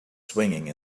swinging